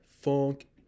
funk